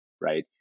right